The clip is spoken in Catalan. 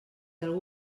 algú